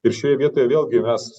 ir šioje vietoje vėlgi mes